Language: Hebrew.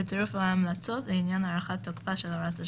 בצירוף המלצות לעניין הארכת תוקפה של הוראות השעה,